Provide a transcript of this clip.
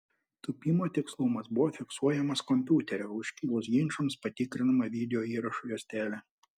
tūpimo tikslumas buvo fiksuojamas kompiuterio o iškilus ginčams patikrinama video įrašo juostelė